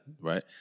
right